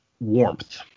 warmth